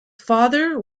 father